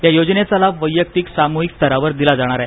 या योजनेचा लाभ वैयक्तिक सामूहिक स्तरावर दिला जाणार आहे